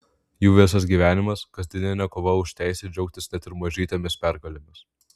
jų visas gyvenimas kasdieninė kova už teisę džiaugtis net ir mažytėmis pergalėmis